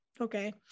okay